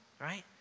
Right